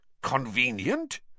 Convenient